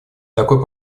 такой